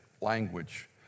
language